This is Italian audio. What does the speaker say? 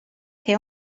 che